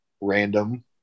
random